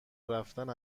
رفتن